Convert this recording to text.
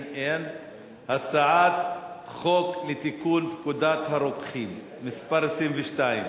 ההצעה להעביר את הצעת חוק לתיקון פקודת הרוקחים (מס' 22)